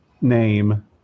name